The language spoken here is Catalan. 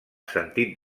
sentit